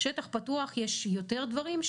בשטח פתוח יש יותר דברים,